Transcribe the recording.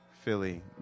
Philly